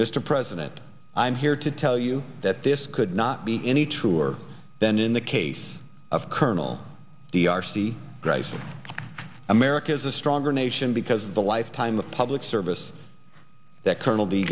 mr president i'm here to tell you that this could not be any truer than in the case of colonel the r c rise of america's a stronger nation because of the lifetime of public service that colonel d